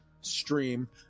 stream